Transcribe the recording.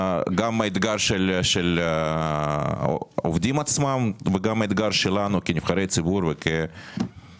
גם האתגר של העובדים עצמם וגם האתגר שלנו כנבחרי ציבור וכממשלה.